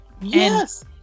Yes